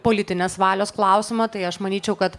politinės valios klausimą tai aš manyčiau kad